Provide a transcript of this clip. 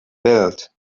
built